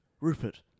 Rupert